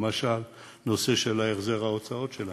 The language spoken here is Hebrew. למשל, נושא של החזר ההוצאות שלהן.